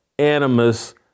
Animus